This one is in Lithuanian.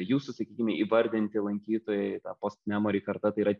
jūsų sakykime įvardinti lankytojai ta postmemori karta tai yra